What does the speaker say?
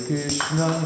Krishna